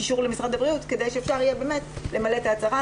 קישור למשרד הבריאות כדי שאפשר יהיה למלא את ההצהרה.